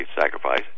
sacrifice